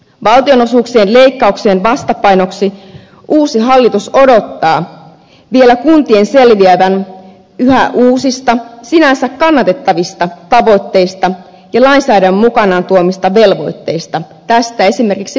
valtionosuuksien leikkauksien vastapainoksi uusi hallitus odottaa vielä kuntien selviävän yhä uusista sinänsä kannatettavista tavoitteista ja lainsäädännön mukanaan tuomista velvoitteista tästä esimerkkinä vanhuspalvelulaki